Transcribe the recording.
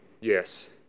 Yes